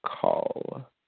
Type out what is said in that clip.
call